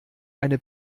eine